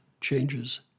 Changes